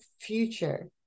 future